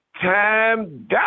time